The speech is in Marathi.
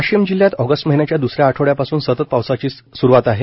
वाशिम जिल्ह्यात ऑगस्ट महिन्याच्या द्सऱ्या आठवड्या पासून सतत पाऊसाची स्रू आहे